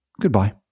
Goodbye